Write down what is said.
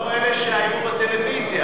לא אלה שהיו בטלוויזיה.